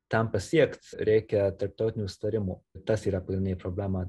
tam pasiekt reikia tarptautinių sutarimų tas yra pagrindinė problema